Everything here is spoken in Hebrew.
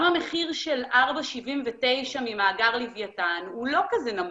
גם המחיר של 4.79 ממאגר לווייתן הוא לא כזה נמוך.